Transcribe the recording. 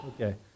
Okay